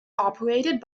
operated